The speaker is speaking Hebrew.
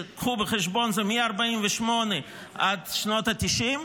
קחו בחשבון, זה מ-48' עד שנות התשעים,